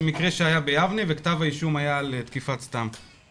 זה מקרה שהיה ביבנה וכתב האישום היה על תקיפת סתם.